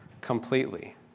completely